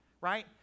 right